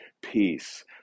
peace